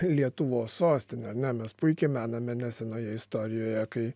lietuvos sostinė ar ne mes puikiai mename nesenoje istorijoje kai